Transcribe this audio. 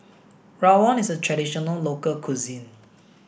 Rawon is a traditional local cuisine